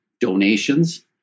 donations